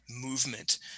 movement